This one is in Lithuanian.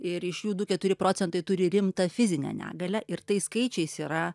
ir iš jų du keturi procentai turi rimtą fizinę negalią ir tai skaičiais yra